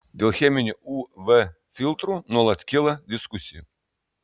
dėl cheminių uv filtrų nuolat kyla diskusijų